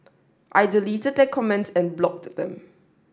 I deleted their comments and blocked them